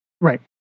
Right